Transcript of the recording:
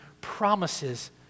promises